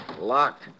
Locked